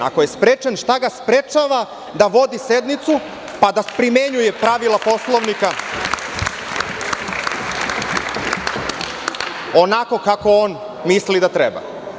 Ako je sprečen, šta ga sprečava da vodi sednicu, pa da primenjuje pravila Poslovnika onako kako on misli da treba?